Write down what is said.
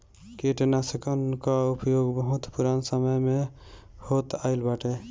कीटनाशकन कअ उपयोग बहुत पुरान समय से होत आइल बाटे